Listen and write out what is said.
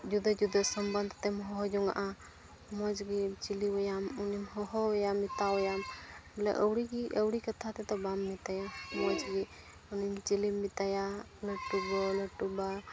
ᱡᱩᱫᱟᱹ ᱡᱩᱫᱟᱹ ᱥᱚᱢᱚᱱᱫᱷᱚ ᱛᱮᱢ ᱦᱚᱦᱚ ᱡᱚᱱᱚᱜᱼᱟ ᱢᱚᱡᱽ ᱜᱮ ᱪᱤᱞᱤ ᱟᱭᱟᱢ ᱩᱱᱤᱢ ᱦᱚᱦᱚ ᱟᱭᱟᱢ ᱢᱮᱛᱟᱣᱟᱭᱟᱢ ᱵᱚᱞᱮ ᱟᱹᱣᱲᱤ ᱫᱚ ᱟᱹᱣᱲᱤ ᱠᱟᱛᱷᱟ ᱛᱮᱫᱚ ᱵᱟᱢ ᱢᱮᱛᱟᱭᱟ ᱢᱚᱡᱽ ᱜᱮ ᱩᱱᱤ ᱪᱤᱞᱤᱢ ᱢᱮᱛᱟᱭᱟ ᱞᱟᱹᱴᱩ ᱜᱚ ᱞᱟᱹᱴᱩ ᱵᱟ